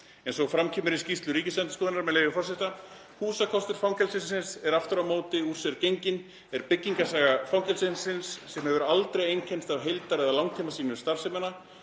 eins og fram kemur í skýrslu Ríkisendurskoðunar, með leyfi forseta: „Húsakostur fangelsisins er aftur á móti úr sér genginn, en byggingarsaga fangelsisins hefur aldrei einkennst af heildar- eða langtímasýn um starfsemina.